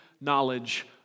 knowledge